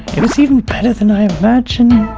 it was even better than i imagined!